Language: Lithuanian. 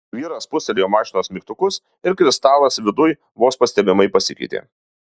vyras spustelėjo mašinos mygtukus ir kristalas viduj vos pastebimai pasikeitė